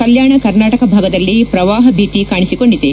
ಕಲ್ಲಾಣ ಕರ್ನಾಟಕ ಭಾಗದಲ್ಲಿ ಪ್ರವಾಪ ಭೀತಿ ಕಾಣಿಸಿಕೊಂಡಿದೆ